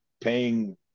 paying